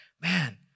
man